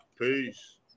Peace